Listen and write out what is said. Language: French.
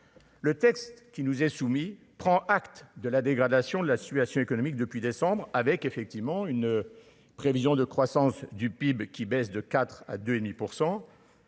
Le texte qui nous est soumis, prend acte de la dégradation de la situation économique depuis décembre avec effectivement une prévision de croissance du PIB qui baisse de 4 à 2